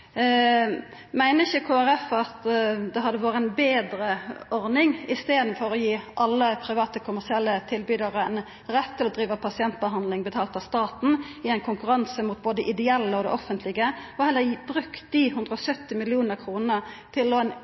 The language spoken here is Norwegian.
Meiner ikkje Kristeleg Folkeparti at det hadde vore ei betre ordning, i staden for å gi alle private kommersielle tilbydarar ein rett til å driva pasientbehandling betalt av staten, i konkurranse mot både ideelle og det offentlege, heller å bruka dei 170 mill. kr til